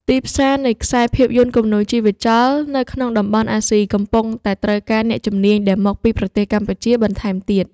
ទីផ្សារនៃខ្សែភាពយន្តគំនូរជីវចលនៅក្នុងតំបន់អាស៊ីកំពុងតែត្រូវការអ្នកជំនាញដែលមកពីប្រទេសកម្ពុជាបន្ថែមទៀត។